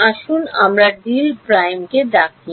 আসুন আমরা ডিএল প্রাইমকে ডাকি